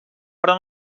però